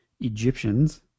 Egyptians